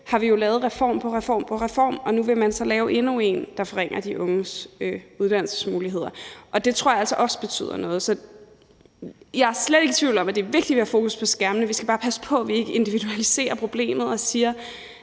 har vi jo lavet reform på reform, og nu vil man så lave endnu en reform, der forringer de unges uddannelsesmuligheder, og det tror jeg altså også betyder noget. Så jeg er slet ikke i tvivl om, at det er vigtigt, at vi har fokus på skærmene, men vi skal også bare passe på, at vi ikke individualiserer problemet og siger,